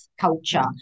culture